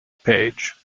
page